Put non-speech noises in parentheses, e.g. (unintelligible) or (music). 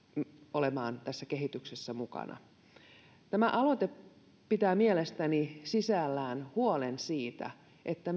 olemaan tässä kehityksessä mukana tämä aloite pitää mielestäni sisällään huolen siitä että (unintelligible)